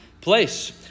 place